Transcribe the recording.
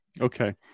Okay